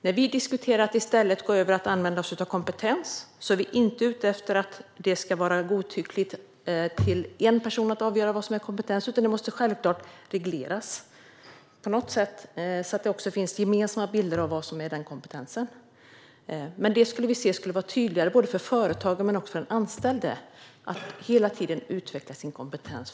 När vi diskuterar att gå över och i stället använda kompetens är vi inte ute efter att det ska vara godtyckligt för en enda person att avgöra vad som är kompetens. Detta måste självklart regleras så att det finns en gemensam bild av vad den kompetensen utgörs av. Vi tycker att det skulle vara tydligare för både företagen och den anställde att man hela tiden måste utveckla sin kompetens.